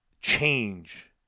change